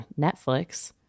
Netflix